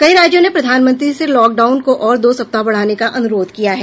कई राज्यों ने प्रधानमंत्री से लॉकडाउन और दो सप्ताह बढ़ाने का अनुरोध किया है